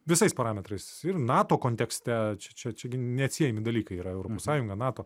visais parametrais ir nato kontekste čia čia neatsiejami dalykai yra europos sąjunga nato